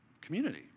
community